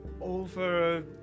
over